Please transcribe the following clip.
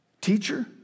Teacher